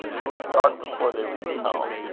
it was dark before they reached home,